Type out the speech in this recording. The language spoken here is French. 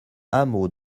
hameau